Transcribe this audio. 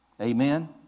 Amen